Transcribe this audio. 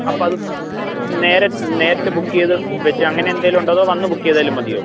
അപ്പം അത് നേരെ നേരത്തെ ബുക്ക് ചെയ്ത് വെച്ച് അങ്ങനെ എന്തെങ്കിലും ഉണ്ടോ അതോ വന്ന് ബുക്ക് ചെയ്താലും മതിയോ